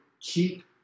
Keep